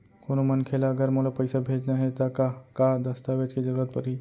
कोनो मनखे ला अगर मोला पइसा भेजना हे ता का का दस्तावेज के जरूरत परही??